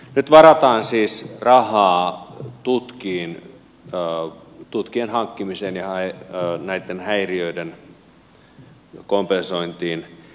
nyt varataan siis rahaa tutkiin tutkien hankkimiseen ja näitten häiriöiden kompensointiin